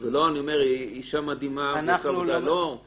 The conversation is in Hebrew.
-- היא אישה מדהימה והיא עושה עבודה -- אדוני,